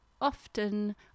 often